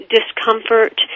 discomfort